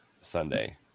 Sunday